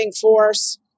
force